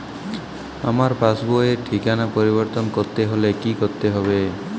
আমার পাসবই র ঠিকানা পরিবর্তন করতে হলে কী করতে হবে?